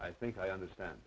i think i understand